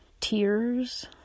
tears